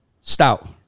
Stout